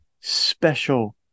special